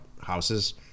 houses